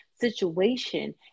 situation